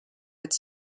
its